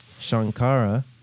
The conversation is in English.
Shankara